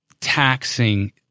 taxing